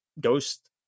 ghost